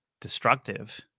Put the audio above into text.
destructive